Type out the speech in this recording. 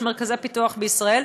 יש מרכזי פיתוח בישראל,